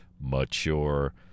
mature